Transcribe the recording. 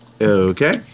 Okay